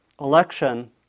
election